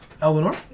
Eleanor